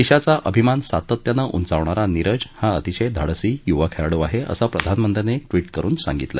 देशाचा अभिमान सातत्यान उचावणारा नीरज हा अतिशय धाडसी युवा खेळाडू आहे असं प्रधानमंत्र्यांनी ट्वीट करून सांगितलं